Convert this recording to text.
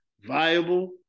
viable